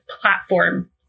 platform